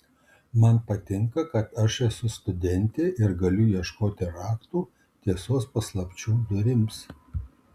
man patinka kad aš esu studentė ir galiu ieškoti raktų tiesos paslapčių durims